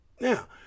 Now